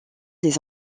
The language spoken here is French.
des